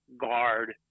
guard